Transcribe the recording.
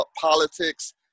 politics